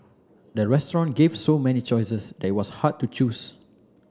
the restaurant gave so many choices that it was hard to choose